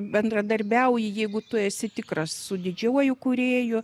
bendradarbiauji jeigu tu esi tikras su didžiuoju kūrėju